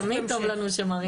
תמיד טוב לנו שמרינה כאן.